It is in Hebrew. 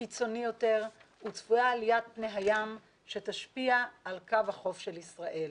קיצוני יותר וצפויה עליית פני הים שתשפיע על קו החוף של ישראל.